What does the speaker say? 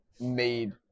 made